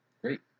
Great